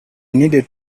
needed